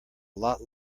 lot